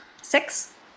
Six